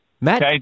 Matt